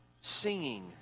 singing